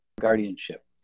guardianship